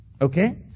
Okay